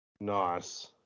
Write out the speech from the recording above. Nice